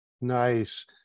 Nice